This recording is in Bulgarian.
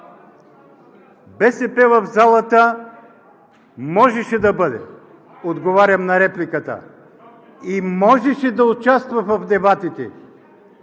БСП в залата можеше да бъде – отговарям на репликата, и можеше да участва в дебатите,